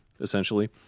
essentially